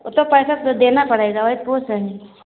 वह तो पैसा तो देना पड़ेगा वही तो पूछ रहें